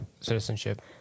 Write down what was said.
citizenship